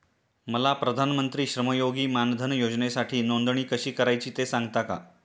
मला प्रधानमंत्री श्रमयोगी मानधन योजनेसाठी नोंदणी कशी करायची ते सांगता का?